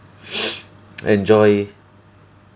enjoy